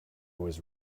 was